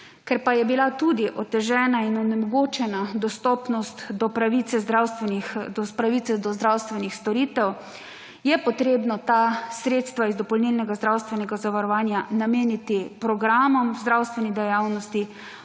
Ker pa je bila tudi otežena in onemogočena dostopnost pravice do zdravstvenih storitev je potrebno ta sredstva iz dopolnilnega zdravstvenega zavarovanja nameniti programom zdravstveni dejavnosti